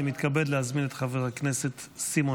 אני מתכבד להזמין את חבר הכנסת סימון